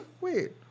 Wait